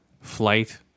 flight